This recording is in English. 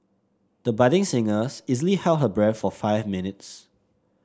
the budding singers easily held her breath for five minutes